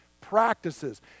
practices